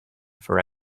for